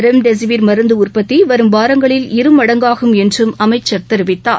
remdesivir மருந்து உற்பத்தி வரும் வாரங்களில் இரு மடங்காகும் என்றும் அமைச்சர் தெரிவித்தார்